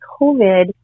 COVID